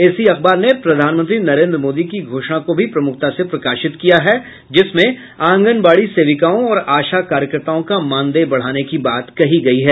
इसी अखबार ने प्रधानमंत्री नरेंद्र मोदी के घोषणा को भी प्रमुखता से प्रकाशित किया है जिसमें आंगनबाड़ी सेविकाओं और आशा कार्यकर्ताओं का मानदेय बढ़ाने की बात कही गयी है